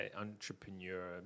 entrepreneur